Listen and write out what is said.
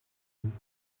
mille